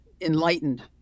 enlightened